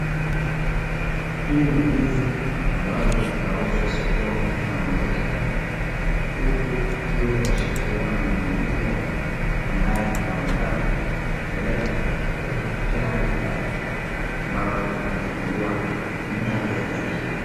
Hii ni ndizi ambazo zinauzwa sokoni na muuzaji moja huku akiwa ameshikiliwa na mnunusi moja ambaye anaonekana kupeleka kwenye gari lake ambalo amefungwa mlango ya gari hilo.